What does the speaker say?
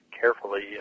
carefully